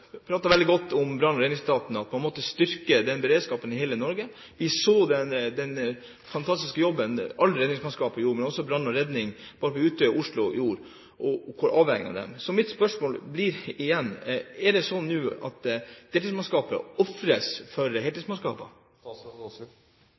man måtte styrke den beredskapen i hele Norge. Vi så den fantastiske jobben alle redningsmannskapene gjorde, også i brann- og redningsetaten, på Utøya og i Oslo, og hvor avhengig man er av dem. Så mitt spørsmål blir igjen: Er det sånn nå at deltidsmannskapene ofres for heltidsmannskapene? Nei, som jeg sa i mitt svar, er det altså prioritert kapasitet for